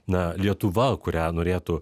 na lietuva kurią norėtų